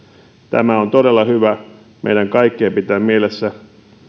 tämä on todella hyvä meidän kaikkien pitää mielessä